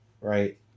Right